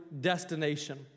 destination